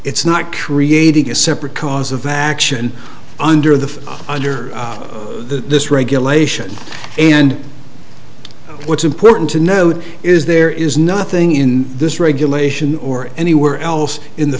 it's not creating a separate cause of action under the under this regulation and what's important to note is there is nothing in this regulation or anywhere else in the